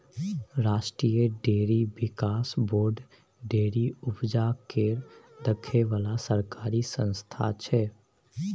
राष्ट्रीय डेयरी बिकास board dairy उपजा केँ देखै बला सरकारी संस्था छै